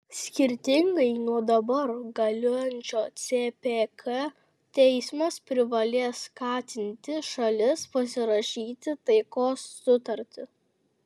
skirtingai nuo dabar galiojančio cpk teismas privalės skatinti šalis pasirašyti taikos sutartį